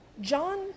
John